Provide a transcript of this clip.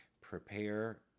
Prepare